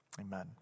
amen